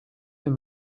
and